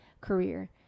career